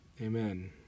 Amen